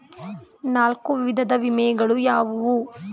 ನಾಲ್ಕು ವಿಧದ ವಿಮೆಗಳು ಯಾವುವು?